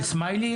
של סמייל.